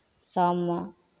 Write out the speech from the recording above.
शाममे